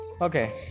okay